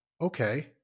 okay